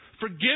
Forgive